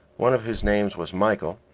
one of whose names was michael,